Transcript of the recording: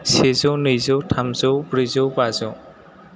सेजौ नैजौ थामजौ ब्रैजौ बाजौ